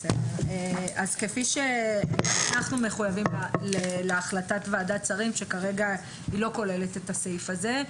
אנחנו מחויבים להחלטת ועדת שרים שכרגע לא כוללת את הסעיף הזה.